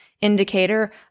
indicator